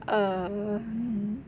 uh